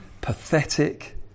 pathetic